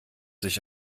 sich